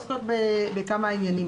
עוסקות בכמה עניינים.